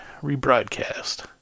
rebroadcast